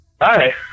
Hi